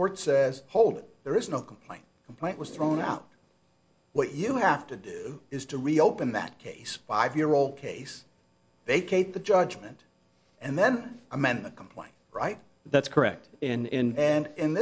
court says hold it there is no complaint complaint was thrown out what you have to do is to reopen that case five year old case they cate the judgment and then amend the complaint right that's correct in and